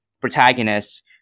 protagonists